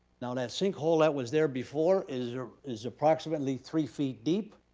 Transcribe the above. now that sinkhole that was there before is is approximately three feet deep